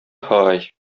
һай